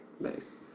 Nice